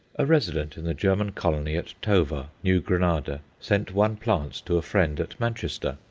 a resident in the german colony at tovar, new granada, sent one plant to a friend at manchester,